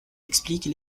explique